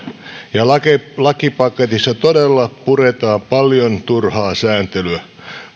ja lakipaketissa todella puretaan paljon turhaa sääntelyä